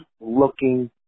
looking